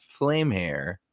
Flamehair